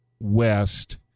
west